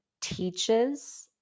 teaches